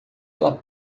ela